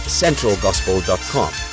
centralgospel.com